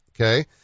Okay